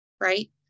Right